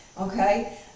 Okay